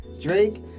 Drake